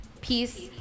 peace